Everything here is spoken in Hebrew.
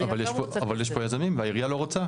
יש פה יזמים, והעירייה לא רוצה.